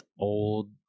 old